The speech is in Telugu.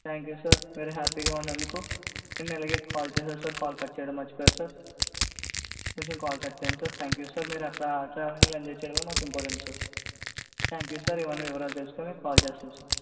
థ్యాంక్ యు సార్ మీరు హ్యాపీగా ఉన్నందుకు అండ్ ఇలాగే కాల్ చేసారు సార్ కాల్ కట్ చేయడం మరచిపోయారు సార్ కొంచెం కాల్ కట్ చేయండి సార్ థ్యాంక్ యు సార్ మీరు అక్కడ ట్రావెలింగ్లో ఎంజాయ్ చేయడమే మాకు important sir thank you sir ఇవన్నీ వివరాలు తెలుసుకొని మీకు కాల్ చేస్తాను సార్